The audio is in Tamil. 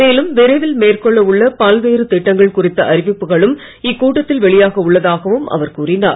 மேலும் விரைவில் மேற்கொள்ள உள்ள பல்வேறு திட்டங்கள் குறித்த அறிவிப்புகளும் இக்கூட்டத்தில் வெளியாக உள்ளதாகவும் அவர் கூறினார்